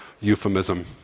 euphemism